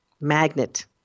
magnet